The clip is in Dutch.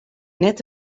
net